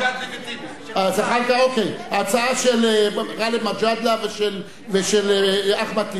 אוקיי, ההצעה של גאלב מג'אדלה ושל אחמד טיבי.